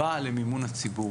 שאמרתי, בא למימון הציבור.